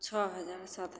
छओ हजार सात हजार